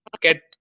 get